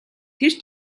тэр